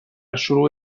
شروع